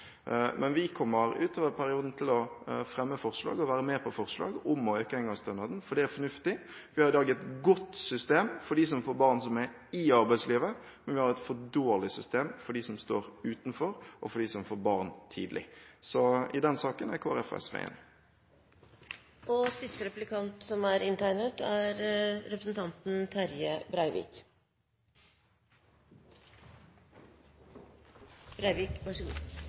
Men vi kommer utover i perioden til å fremme forslag og være med på forslag om å øke engangsstønaden, for det er fornuftig. Vi har i dag et godt system for dem som er i arbeidslivet som får barn, men vi har et for dårlig system for dem som står utenfor arbeidslivet, og for dem som får barn tidlig. I den saken er Kristelig Folkeparti og SV enig. Gjennom ein rekkje replikkar i dag har Venstre prøvd å utfordra representantar og